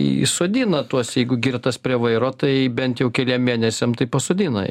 į sodina tuos jeigu girtas prie vairo tai bent jau keliem mėnesiam tai pasodina